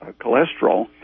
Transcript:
cholesterol